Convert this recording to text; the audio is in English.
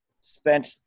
spent